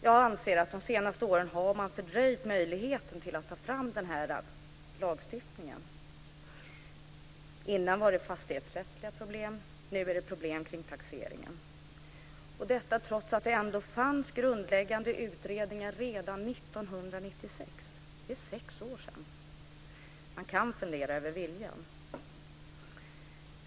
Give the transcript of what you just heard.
Jag anser att man de senaste åren har fördröjt möjligheten att ta fram denna lagstiftning. Tidigare var det fastighetsrättsliga problem, nu är det problem kring taxeringen - detta trots att det fanns grundläggande utredningar redan 1996. Det är sex år sedan! Man kan fundera över viljan.